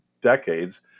decades